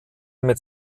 mit